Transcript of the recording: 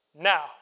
now